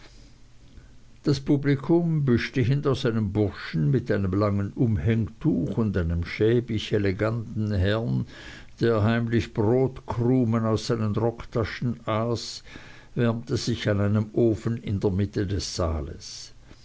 das publikum bestehend aus einem burschen mit einem langen umhängtuch und einem schäbig eleganten herrn der heimlich brotkrumen aus seinen rocktaschen aß wärmte sich an einem ofen in der mitte des saales